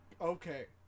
Okay